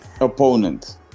opponent